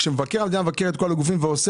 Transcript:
כשמבקר המדינה מבקר את כל הגופים ועושה